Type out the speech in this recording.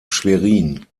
schwerin